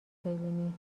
ببینی